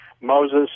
Moses